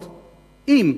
אם,